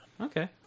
Okay